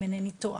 אם אינני טועה.